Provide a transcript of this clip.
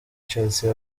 chelsea